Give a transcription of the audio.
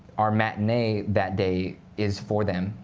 our matinee that day is for them,